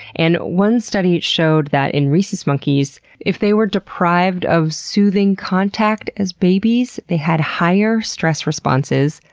and one study showed that in rhesus monkeys, if they were deprived of soothing contact as babies they had higher stress responses,